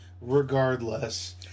regardless